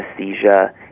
anesthesia